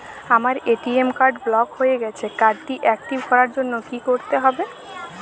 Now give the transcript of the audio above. আমার ATM card block হয়ে গেছে কার্ড টি একটিভ করার জন্যে কি করতে হবে?